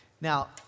Now